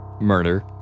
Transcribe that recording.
Murder